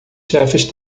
chefes